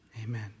amen